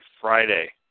Friday